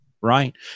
right